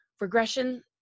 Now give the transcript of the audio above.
regression